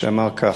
שאמר כך: